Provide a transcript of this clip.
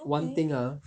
one thing ah